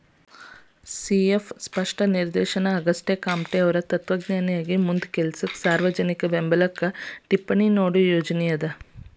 C F ಸ್ಪಷ್ಟ ನಿದರ್ಶನ ಆಗಸ್ಟೆಕಾಮ್ಟೆಅವ್ರ್ ತತ್ವಜ್ಞಾನಿಯಾಗಿ ಮುಂದ ಕೆಲಸಕ್ಕ ಸಾರ್ವಜನಿಕ ಬೆಂಬ್ಲಕ್ಕ ಟಿಪ್ಪಣಿ ನೇಡೋ ಯೋಜನಿ ಅದ